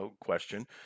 question